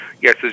yes